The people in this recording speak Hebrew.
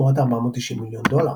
תמורת 490 מיליון דולר.